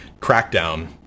Crackdown